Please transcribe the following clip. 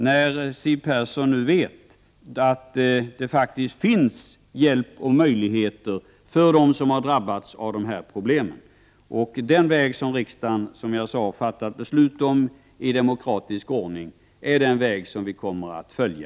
Siw Persson vet ju nu att det finns hjälp och möjligheter för dem som har drabbats av dessa problem. Den väg som riksdagen, som sagt, i demokratisk ordning har fattat beslut om är den väg som vi kommer att följa.